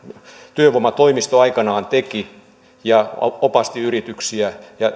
työvoimatoimisto aikanaan teki opasti yrityksiä ja